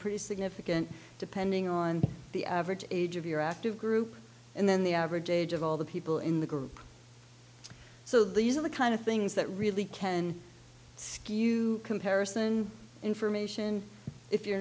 pretty significant depending on the average age of your active group and then the average age of all the people in the group so these are the kind of things that really can skew comparison information if you're